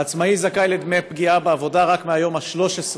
העצמאי זכאי לדמי פגיעה בעבודה רק מהיום ה-13,